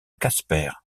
casper